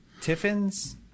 Tiffins